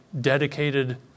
dedicated